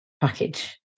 package